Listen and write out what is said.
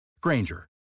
Granger